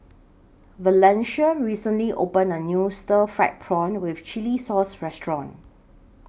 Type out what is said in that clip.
Valencia recently opened A New Stir Fried Prawn with Chili Sauce Restaurant